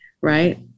right